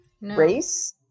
race